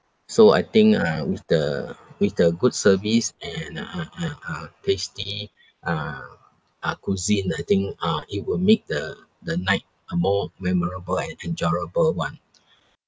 so I think uh with the with the good service and uh uh uh tasty uh uh cuisine I think uh it will make the the night a more memorable and enjoyable one